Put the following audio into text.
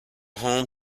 home